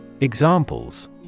Examples